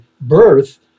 birth